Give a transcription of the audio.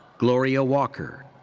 gloria walker.